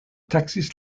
taksis